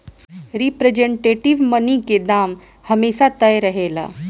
representative money के दाम हमेशा तय रहेला